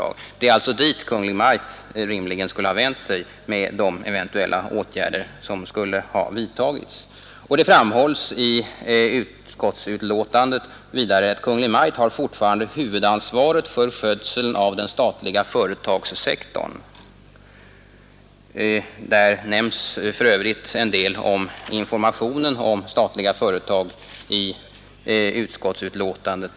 Det är dit Kungl. Maj:t rimligen skulle ha vänt sig med de eventuella åtgärder som skulle ha vidtagits. Det framhålles i utskottsutlåtandet vidare att Kungl. Maj:t fortfarande har huvudansvaret för skötseln av den statliga företagssektorn. Det nämns för övrigt också en del om informationen om statliga företag i utskottsutlåtandet.